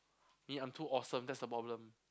me I'm too awesome that's the problem